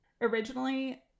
Originally